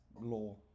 law